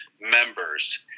members